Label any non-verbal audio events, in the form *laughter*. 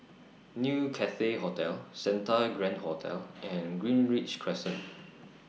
New Cathay Hotel Santa Grand Hotel and Greenridge Crescent *noise*